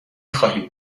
خواهید